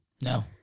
No